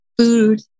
food